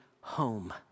home